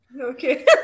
Okay